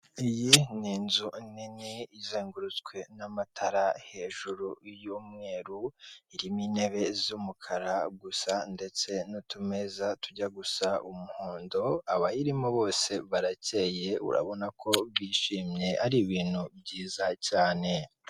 Iyi ni inzu nini izengurutswe n'amatara hejuru y'umweru, irimo intebe z'umukara gusa ndetse n'utumeza tujya gusa umuhondo, abayirimo bose barakeye urabona ko bishimye ari ibintu byiza cyane.